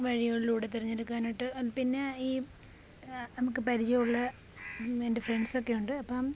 വഴികളിലൂടെ തെരെഞ്ഞെടുക്കാനായിട്ട് പിന്നെ ഈ നമുക്ക് പരിചയം ഉള്ള എൻ്റെ ഫ്രണ്ട്സ് ഒക്കെയുണ്ട് അപ്പോള്